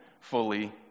fully